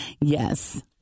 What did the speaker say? yes